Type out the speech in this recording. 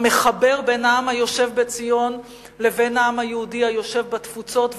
המחבר בין העם היושב בציון לבין העם היהודי היושב בתפוצות,